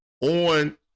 on